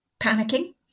Panicking